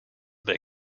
their